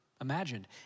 imagined